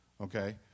okay